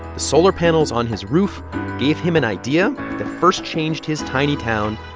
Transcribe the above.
solar panels on his roof gave him an idea that first changed his tiny town,